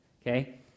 okay